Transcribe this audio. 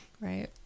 Right